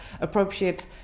appropriate